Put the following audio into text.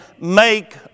make